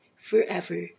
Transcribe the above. forever